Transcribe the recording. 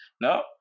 No